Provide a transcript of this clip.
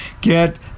get